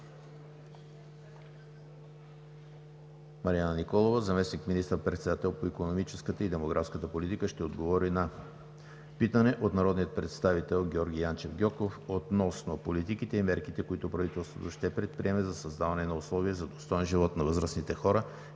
Марияна Николова – заместник министър-председател по икономическата и демографска политика, ще отговори на питане от народния представител Георги Янчев Гьоков относно политиките и мерките, които правителството ще предприеме, за създаване на условия за достоен живот на възрастните хора.